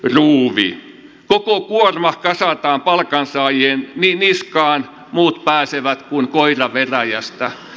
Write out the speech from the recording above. koko kuorma kasataan palkansaajien niskaan muut pääsevät kuin koira veräjästä